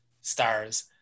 stars